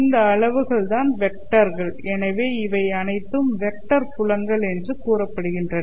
இந்த அளவுகள் தான் வெக்டர்கள் எனவே இவை அனைத்தும் வெக்டர் புலங்கள் என்று கூறப்படுகின்றன